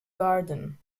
garden